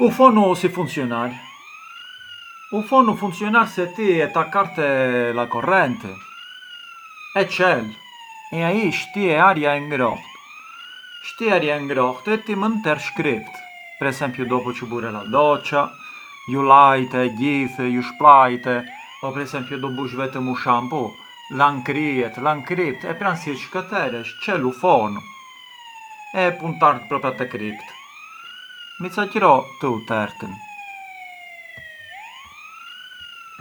U fonu si funcjonar, u fonu funcjonar se ti e takar te la correnti, e çel e ai shtye aria e ngrohtë, shtye aria e ngrohtë e ti mënd tersh kript, per esempiu dopu çë bure la doccia, ju lajte e gjith, ju shplajte, pran per esempiu do bush vetëm u shampoo? Lan kryet, lan kript e pran si ë çë ka teresh çel u fonu e e puntar te kript, mbi ca qëro të ju tertën.